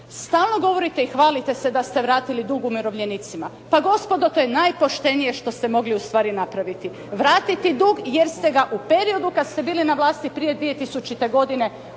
Stalno govorite i hvalite se da ste vratili dug umirovljenicima. Pa gospodo, to je najpoštenije što ste mogli ustvari napraviti. Vratiti dug jer ste ga u periodu kad ste bili na vlasti prije 2000. godine